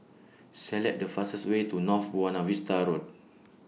Select The fastest Way to North Buona Vista Road